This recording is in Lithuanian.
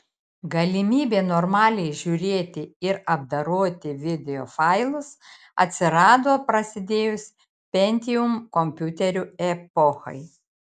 galimybė normaliai žiūrėti ir apdoroti videofailus atsirado prasidėjus pentium kompiuterių epochai